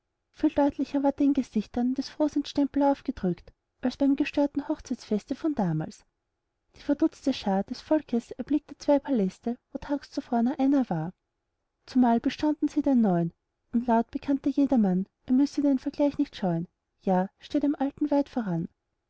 viel deutlicher war den gesichtern des frohsinns stempel aufgedrückt als beim gestörten hochzeitsfeste von damals die verdutzte schar des volks erblickte zwei paläste wo tags zuvor nur einer war zumal bestaunten sie den neuen und laut bekannte jedermann er müsse den vergleich nicht scheuen ja steh dem alten weit voran